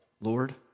Lord